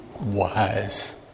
wise